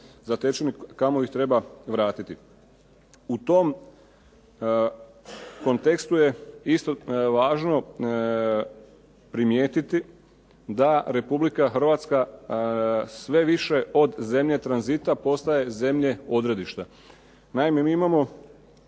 RH kamo ih treba vratiti. U tom kontekstu je isto važno primijetiti da RH sve više od zemlje tranzita postaje zemlja odredišta. Naime, mi imamo